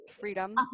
freedom